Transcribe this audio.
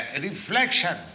reflection